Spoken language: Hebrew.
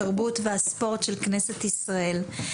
התרבות והספורט של כנסת ישראל.